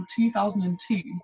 2002